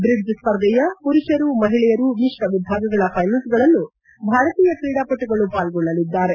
ಜ್ರಿಡ್ಜ್ ಸ್ಪರ್ಧೆಯ ಮರುಷರು ಮಹಿಳೆಯುರು ಮಿತ್ರ ವಿಭಾಗಗಳ ವೈನಲ್ಸ್ಗಳಲ್ಲೂ ಭಾರತೀಯ ತ್ರೀಡಾಪಟುಗಳು ಪಾಲ್ಗೊಳ್ಳಲಿದ್ದಾರೆ